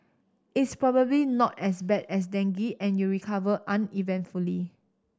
it's probably not as bad as dengue and you recover uneventfully